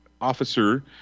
officer